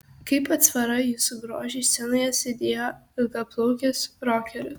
kaip atsvara jūsų grožiui scenoje sėdėjo ilgaplaukis rokeris